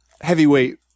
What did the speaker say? heavyweight